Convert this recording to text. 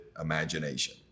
imagination